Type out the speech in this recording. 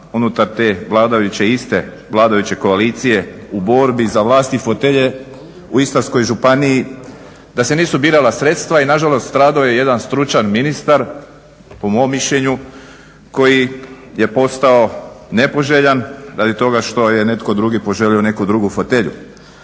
unutar te vladajuće iste vladajuće koalicije u borbi za vlast i fotelje u Istarskoj županiji da se nisu birala sredstva i nažalost stradao je jedan stručan ministar po mom mišljenju, koji je postao nepoželjan radi toga što je netko drugi poželio neku drugu fotelju.